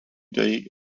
day